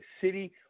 city